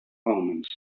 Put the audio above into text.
omens